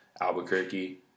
Albuquerque